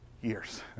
years